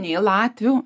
nei latvių